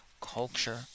culture